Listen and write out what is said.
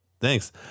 Thanks